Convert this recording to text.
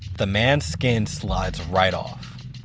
the man's skin slides right off.